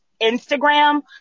Instagram